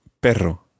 perro